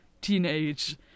teenage